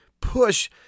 push